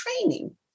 training